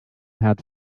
had